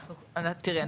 תראה,